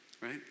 right